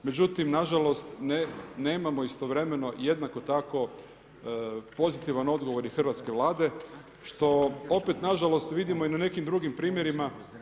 Međutim, na žalost nemamo istovremeno jednako tako pozitivan odgovor i hrvatske Vlade što opet na žalost vidimo i na nekim drugim primjerima.